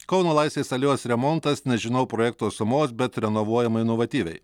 kauno laisvės alėjos remontas nežinau projekto sumos bet renovuojama inovatyviai